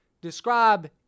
Describe